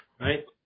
right